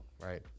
right